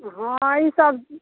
हँ ईसभ